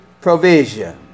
provision